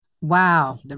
Wow